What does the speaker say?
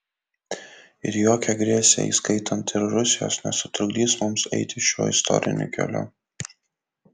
ir jokia agresija įskaitant ir rusijos nesutrukdys mums eiti šiuo istoriniu keliu